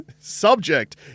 subject